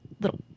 little